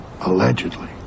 Allegedly